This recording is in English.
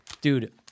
Dude